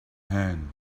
hand